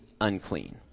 unclean